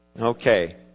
Okay